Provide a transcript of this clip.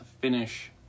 finish